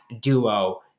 duo